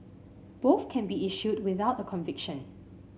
both can be issued without a conviction